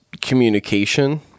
communication